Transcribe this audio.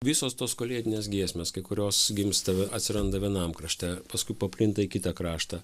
visos tos kalėdinės giesmės kai kurios gimsta atsiranda vienam krašte paskui paplinta į kitą kraštą